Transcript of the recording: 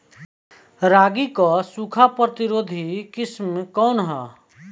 रागी क सूखा प्रतिरोधी किस्म कौन ह?